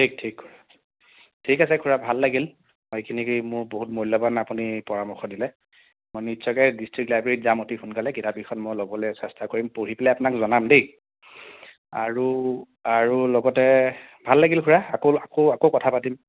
ঠিক ঠিক ঠিক আছে খুৰা ভাল লাগিল এইখিনি মোৰ বহুত মূল্যৱান আপুনি পৰামৰ্শ দিলে মই নিশ্চয়কৈ ডিষ্টিক লাইব্ৰেৰীত যাম অতি সোনকালে কিতাপকেইখন মই ল'বলৈ চেষ্টা কৰিম পঢ়ি পেলাই আপোনাক জনাম দেই আৰু আৰু লগতে ভাল লাগিল খুৰা আকৌ আকৌ আকৌ কথা পাতিম